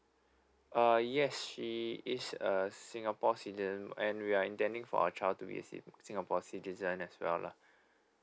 uh yes she is a singapore citizen and we are intending for a child to be a citi~ singapore citizen as well lah